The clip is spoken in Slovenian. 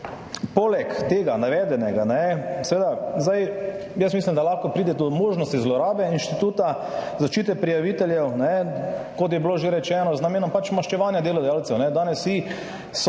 Poleg navedenega mislim, da lahko pride do možnosti zlorabe instituta zaščite prijaviteljev, kot je bilo že rečeno, z namenom pač maščevanja delodajalcu. Danes so